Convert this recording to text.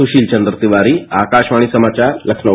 सुशील चंद्र तिवारी आकाशवाणी समाचार लखनऊ